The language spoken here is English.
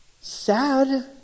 Sad